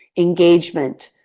engagement,